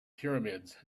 pyramids